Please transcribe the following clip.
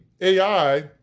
AI